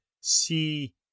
see